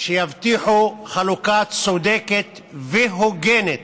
שיבטיחו חלוקה צודקת והוגנת.